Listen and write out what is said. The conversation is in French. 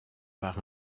par